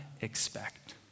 expect